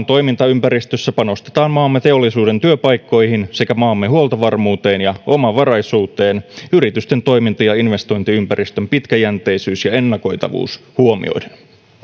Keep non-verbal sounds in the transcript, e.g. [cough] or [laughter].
[unintelligible] toimintaympäristössä maamme teollisuuden työpaikkoihin sekä maamme huoltovarmuuteen ja omavaraisuuteen yritysten toiminta ja investointiympäristön pitkäjänteisyys ja ennakoitavuus huomioiden